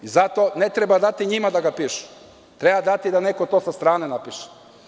Zato ne treba dati njima da ga pišu, treba dati da to neko sa strane napiše.